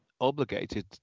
obligated